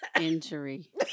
Injury